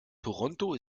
toronto